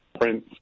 Prince